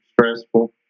stressful